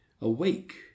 Awake